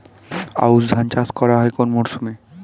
আউশ ধান চাষ করা হয় কোন মরশুমে?